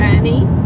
Annie